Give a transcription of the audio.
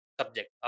subject